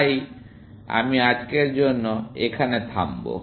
তাই আমি আজকের জন্য এখানে থামব